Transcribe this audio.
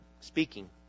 speaking